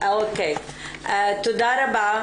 תודה רבה.